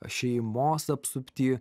šeimos apsupty